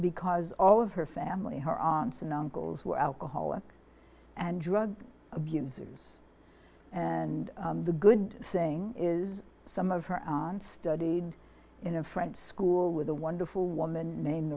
because all of her family her aunts and uncles were alcoholics and drug abuse it and the good thing is some of her on studied in a french school with a wonderful woman